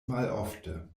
malofte